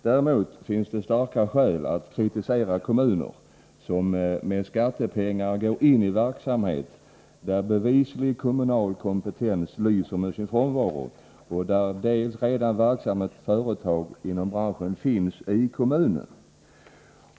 Däremot finns starka skäl att kritisera kommuner som med skattepengar går in i verksamhet där bevislig kommunal kompetens lyser med sin frånvaro och där redan verksamma företag inom branschen finns i kommunen.